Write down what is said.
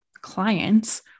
clients